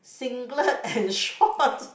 singlet and shorts